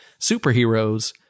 superheroes